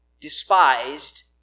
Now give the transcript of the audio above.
despised